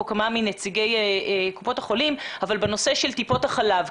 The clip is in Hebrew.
כמה נציגים מקופות החולים בנושא של טיפות החלב.